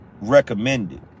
recommended